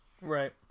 Right